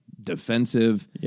defensive